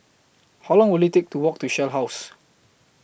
How Long Will IT Take to Walk to Shell House